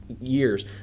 years